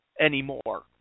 anymore